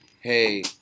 hey